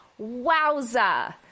wowza